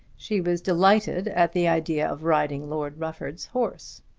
she was delighted at the idea of riding lord rufford's horse.